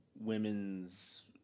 women's